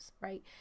right